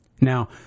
Now